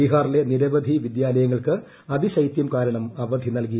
ബീഹാറിലെ നിരവധി വിദ്യാലയങ്ങൾക്ക് അതിശൈത്യം കാരണം അവധി നൽകി